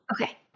Okay